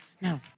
Now